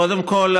קודם כול,